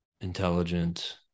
intelligent